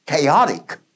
chaotic